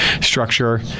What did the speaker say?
structure